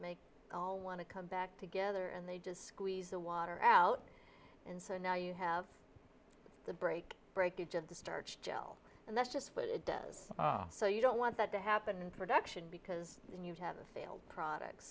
make all want to come back together and they just squeeze the water out and so now you have the break breakage of the starch gel and that's just what it does so you don't want that to happen in production because then you'd have a failed products